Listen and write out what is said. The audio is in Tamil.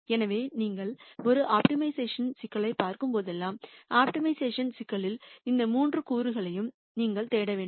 எனவே நீங்கள் ஒரு ஆப்டிமைசேஷன் சிக்கலைப் பார்க்கும்போதெல்லாம் ஆப்டிமைசேஷன் சிக்கலில் இந்த மூன்று கூறுகளையும் நீங்கள் தேட வேண்டும்